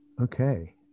Okay